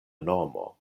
nomo